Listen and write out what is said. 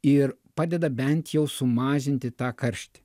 ir padeda bent jau sumažinti tą karštį